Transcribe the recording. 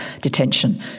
detention